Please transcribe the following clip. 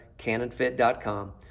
canonfit.com